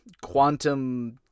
quantum